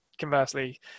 conversely